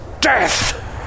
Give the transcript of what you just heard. death